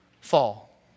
fall